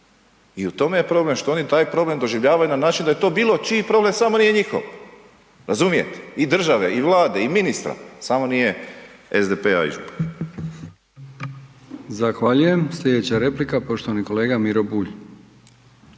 i u tome je problem, što oni taj problem doživljavaju na način da je to bilo čiji problem samo ne njihov, razumijete? I države i Vlade i ministra, samo nije SDP-a i župana. **Brkić, Milijan (HDZ)** Zahvaljujem. Slijedeća replika, poštovani kolega Miro Bulj.